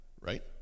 right